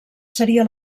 seria